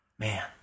Man